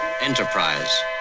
Enterprise